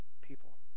people